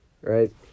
Right